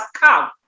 come